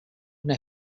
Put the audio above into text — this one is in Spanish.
una